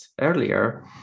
earlier